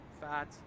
fat